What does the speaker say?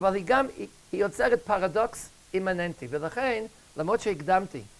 ‫אבל היא גם יוצרת פרדוקס אימננטי, ‫ולכן, למרות שהקדמתי...